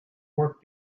work